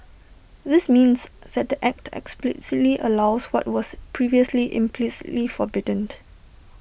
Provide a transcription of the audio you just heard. this means that the act explicitly allows what was previously implicitly forbidden